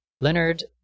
Leonard